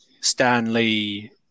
Stanley